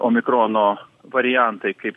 omikrono variantai kaip